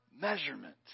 measurement